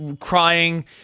crying